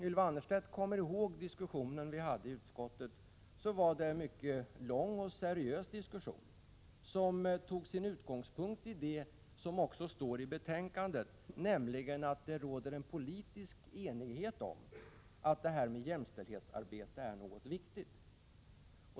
Ylva Annerstedt kommer nog ihåg att debatten i utskottet, som var mycket lång och seriös, tog sin utgångspunkt i det som står i utskottsbetänkandet, nämligen att det råder en politisk enighet om att jämställdhetsarbetet är viktigt.